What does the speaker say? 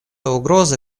угрозы